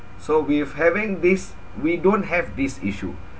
so with having this we don't have this issue